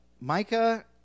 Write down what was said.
Micah